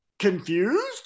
confused